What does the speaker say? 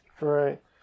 right